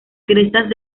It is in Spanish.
crestas